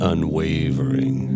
Unwavering